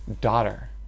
daughter